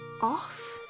off